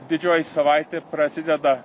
didžioji savaitė prasideda